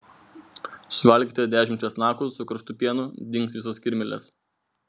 suvalgykite dešimt česnakų su karštu pienu dings visos kirmėlės